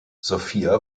sophia